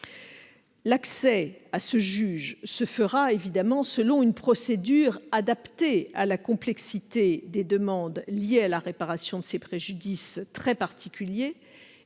L'accès à ce juge se fera selon une procédure adaptée à la complexité des demandes liées à la réparation de ces préjudices très particuliers,